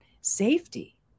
Safety